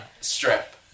strip